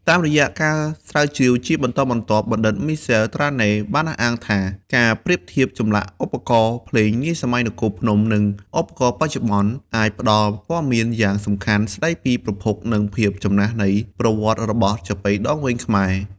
តាមរយៈការស្រាវជ្រាវជាបន្តបន្ទាប់ បណ្ឌិតមីសែល ត្រាណេ បានអះអាងថា ការប្រៀបធៀបចម្លាក់ឧបករណ៍ភ្លេងនាសម័យនគរភ្នំ និងឧបករណ៍បច្ចុប្បន្ន អាចផ្តល់ព័ត៌មានយ៉ាងសំខាន់ស្តីពីប្រភព និងភាពចំណាស់នៃប្រវត្តិរបស់ចាប៉ីដងវែងខ្មែរ។